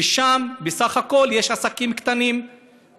ששם בסך הכול יש עסקים קטנים,